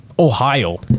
Ohio